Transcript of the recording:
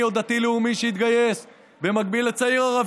במקביל לצעיר חילוני או דתי לאומי שהתגייס,